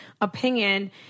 opinion